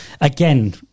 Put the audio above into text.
again